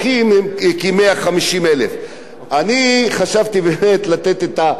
אני חשבתי באמת לתת, היות שאנחנו בחודש מאי,